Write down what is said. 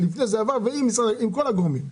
עם כל הגורמים,